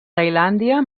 tailàndia